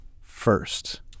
first